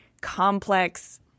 complex